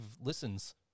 listens